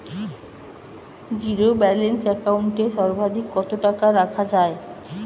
Zero balance account এ সর্বাধিক কত টাকা রাখা য়ায়?